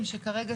את זה שאתם